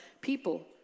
people